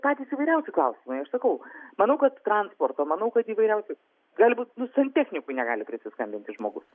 patys įvairiausi klausimai aš sakau manau kad transporto manau kad įvairiausias gali būt santechnikui negali prisiskambinti žmogus